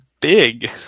big